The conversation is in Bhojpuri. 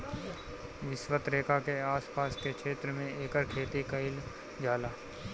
विषवत रेखा के आस पास के क्षेत्र में एकर खेती कईल जाला